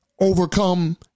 Overcome